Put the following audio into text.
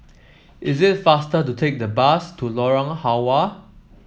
it is faster to take the bus to Lorong Halwa